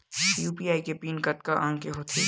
UPI के pin कतका अंक के होथे?